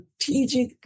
strategic